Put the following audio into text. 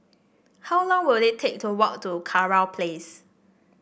how long will it take to walk to Kurau Place